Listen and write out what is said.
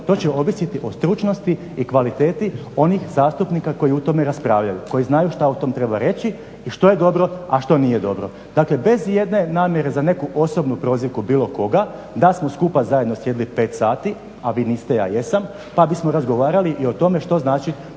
to će ovisiti o stručnosti i kvaliteti onih zastupnika koji o tome raspravljaju, koji znaju šta o tome treba reći i šta je dobro, a što nije dobro. Dakle bez ijedne namjere za neku osobnu prozivku bilo koga da smo skupa zajedno sjedili 5 sati, a vi niste, ja jesam, pa bismo razgovarali i o tome što znači